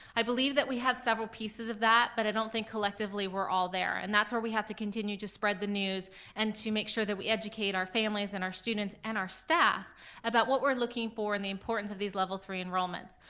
i believe that we have several pieces of that, but i don't think collectively we're all there, and that's where we have to continue to spread the news and to make sure that we educate our families and our students and our staff about what we're looking for and the importance of these level three enrollments.